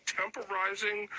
temporizing